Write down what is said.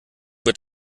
wird